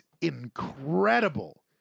incredible